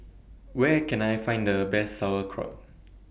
Where Can I Find The Best Sauerkraut